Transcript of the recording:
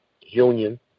union